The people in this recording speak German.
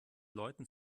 leuten